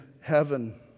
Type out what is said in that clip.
heaven